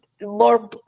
more